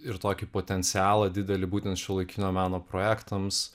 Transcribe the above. ir tokį potencialą didelį būtent šiuolaikinio meno projektams